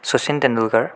Sachin Tendulkar